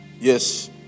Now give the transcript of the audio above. Yes